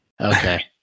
Okay